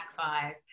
five